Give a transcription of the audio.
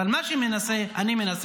אבל מה שאני מנסה להסביר,